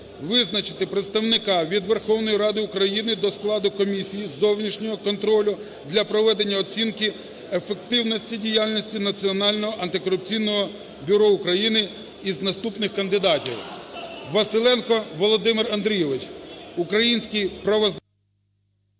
визначити представника від Верховної Ради України до складу комісії зовнішнього контролю для проведення оцінки ефективності діяльності Національного антикорупційного бюро України із наступних кандидатів. Василенко Володимир Андрійович – український… Веде